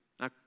Now